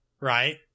right